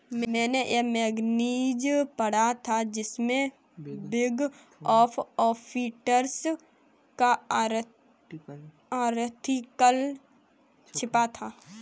मेने ये मैगज़ीन पढ़ा था जिसमे बिग फॉर ऑडिटर्स का आर्टिकल छपा था